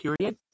period